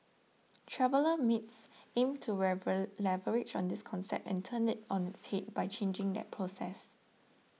Traveller Mates aims to leverage on this concept and turn it on its head by changing that process